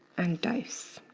and dose.